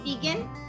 Vegan